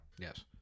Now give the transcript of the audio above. Yes